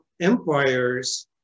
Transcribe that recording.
empires